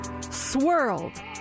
Swirled